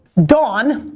dawn,